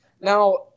Now